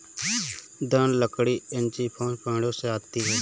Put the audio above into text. दृढ़ लकड़ी एंजियोस्पर्म पेड़ों से आती है